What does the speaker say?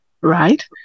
right